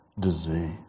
disease